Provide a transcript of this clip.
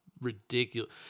ridiculous